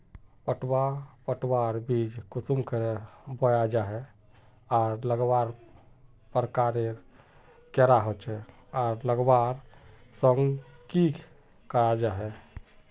पटवा पटवार बीज कुंसम करे बोया जाहा जाहा आर लगवार प्रकारेर कैडा होचे आर लगवार संगकर की जाहा?